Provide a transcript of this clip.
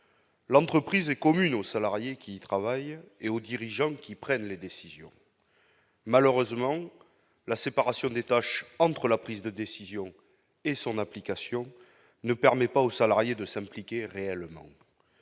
L'entreprise est commune aux salariés qui travaillent et aux dirigeants qui prennent les décisions. Malheureusement, la séparation des tâches entre la prise de décision et son application ne permet pas aux salariés de s'impliquer réellement.